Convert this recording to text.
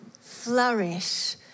flourish